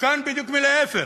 וכאן בדיוק להפך,